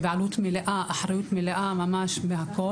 בבעלות מלאה ובאחריות מלאה בהכול.